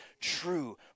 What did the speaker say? true